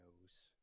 knows